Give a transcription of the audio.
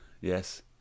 Yes